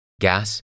Gas